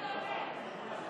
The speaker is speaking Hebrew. קבוצת סיעת יהדות התורה,